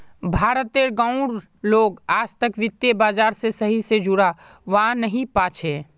भारत तेर गांव उर लोग आजतक वित्त बाजार से सही से जुड़ा वा नहीं पा छे